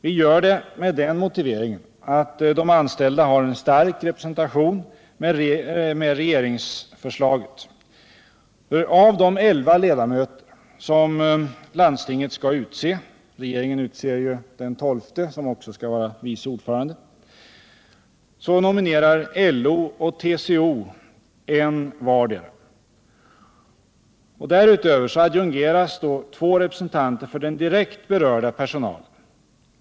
Vi gör det med den motiveringen att de anställda har en stark representation med regeringsförslaget. Av de elva ledamöter landstinget skall utse — regeringen utser den tolfte, tillika vice ordförande i styrelsen - nominerar LO och TCO en vardera. Därutöver adjungeras två representanter för den direkt berörda personalen.